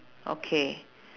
okay